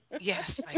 yes